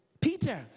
Peter